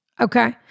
Okay